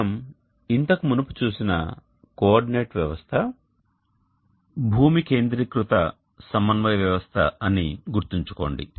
మనం ఇంతకు మునుపు చూసిన కోఆర్డినేట్ వ్యవస్థ భూమి కేంద్రీకృత సమన్వయ వ్యవస్థ అని గుర్తుంచుకోండి